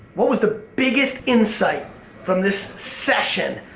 what was the biggest insight from this session?